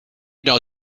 nou